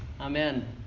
Amen